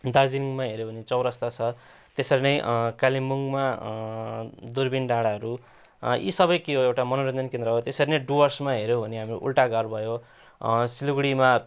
दार्जिलिङमा हेर्यौँ भने चौरस्ता छ त्यसरी नै कालेबुङमा दुरपिन डाँडाहरू यी सबै के हो एउटा मनोरन्जन केन्द्र हो त्यसरी नै डुअर्समा हेर्यौँ भने हाम्रो उल्टा घर भयो सिलगडीमा